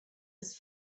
des